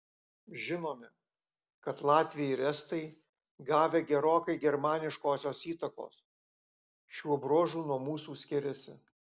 žinome kad latviai ir estai gavę gerokai germaniškosios įtakos šiuo bruožu nuo mūsų skiriasi